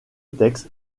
texte